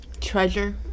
treasure